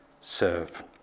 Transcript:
serve